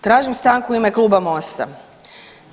Tražim stanku u ime Kluba MOST-a.